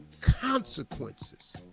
consequences